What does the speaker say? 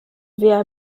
wir